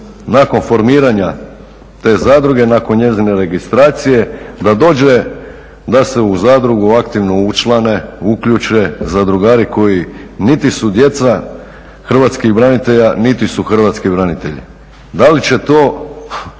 nakon formiranja te zadruge, nakon njezine registracije da dođe, da se u zadrugu aktivno učlane, uključe zadrugari koji niti su djeca hrvatskih branitelja niti su hrvatski branitelji? Da li će to